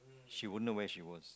she wouldn't know where she was